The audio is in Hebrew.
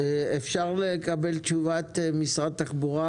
אפשר לקבל תשובת משרד התחבורה,